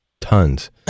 tons